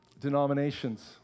denominations